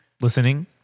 listening